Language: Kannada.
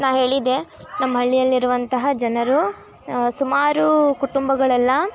ನಾನು ಹೇಳಿದೆ ನಮ್ಮ ಹಳ್ಳಿಯಲ್ಲಿರುವಂತಹ ಜನರು ಸುಮಾರು ಕುಟುಂಬಗಳೆಲ್ಲ